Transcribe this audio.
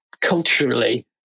culturally